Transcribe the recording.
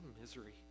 misery